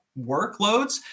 workloads